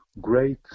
great